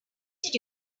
did